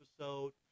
episode